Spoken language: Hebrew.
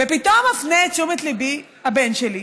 ופתאום מפנה את תשומת ליבי הבן שלי,